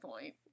point